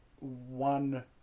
one